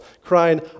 crying